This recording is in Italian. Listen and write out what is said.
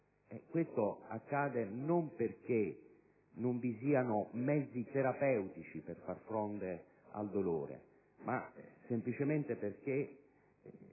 Questo accade non perché non vi siano mezzi terapeutici per far fronte al dolore, ma semplicemente perché